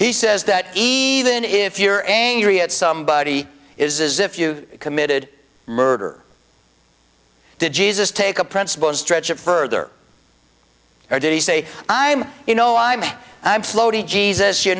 he says that even if you're angry at somebody is as if you committed murder to jesus take a principled stretch of further or did he say i'm you know i'm i'm floating jesus you